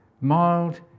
Mild